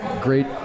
great